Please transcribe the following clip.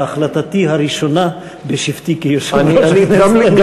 החלטתי הראשונה בשבתי כיושב-ראש הכנסת הנבחר.